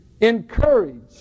encourage